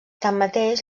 tanmateix